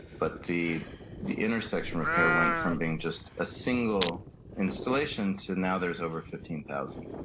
but the the intersection repair went from being just a single installation to now there's over fifteen thousand,